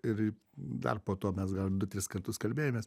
ir dar po to mes gal du tris kartus kalbėjomės